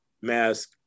mask